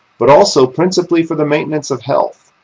but also principally for the maintenance of health,